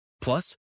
Plus